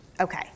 Okay